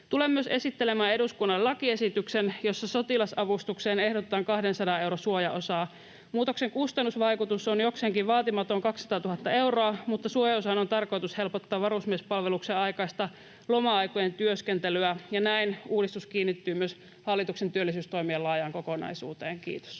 Tulen myös esittelemään eduskunnalle lakiesityksen, jossa sotilasavustukseen ehdotetaan 200 euron suojaosaa. Muutoksen kustannusvaikutus on jokseenkin vaatimaton 200 000 euroa, mutta suojaosan on tarkoitus helpottaa varusmiespalveluksen aikaista loma-aikojen työskentelyä ja näin uudistus kiinnittyy myös hallituksen työllisyystoimien laajaan kokonaisuuteen. — Kiitos.